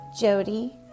Jody